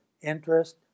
Interest